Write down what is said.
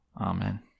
Amen